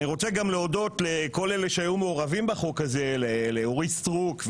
אני רוצה גם להודות לכל אלה שהיו מעורבים בחוק הזה לאורית סטרוק,